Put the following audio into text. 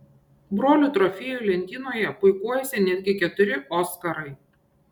brolių trofėjų lentynoje puikuojasi netgi keturi oskarai